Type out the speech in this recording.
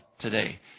today